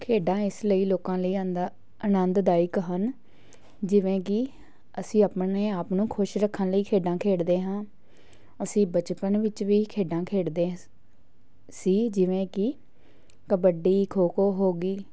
ਖੇਡਾਂ ਇਸ ਲਈ ਲੋਕਾਂ ਲਈ ਆਂਦਾ ਆਨੰਦਦਾਇਕ ਹਨ ਜਿਵੇਂ ਕਿ ਅਸੀਂ ਆਪਣੇ ਆਪ ਨੂੰ ਖੁਸ਼ ਰੱਖਣ ਲਈ ਖੇਡਾਂ ਖੇਡਦੇ ਹਾਂ ਅਸੀਂ ਬਚਪਨ ਵਿੱਚ ਵੀ ਖੇਡਾਂ ਖੇਡਦੇ ਸੀ ਜਿਵੇਂ ਕਿ ਕਬੱਡੀ ਖੋ ਖੋ ਹੋ ਗਈ